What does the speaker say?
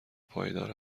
پایدار